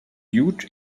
huge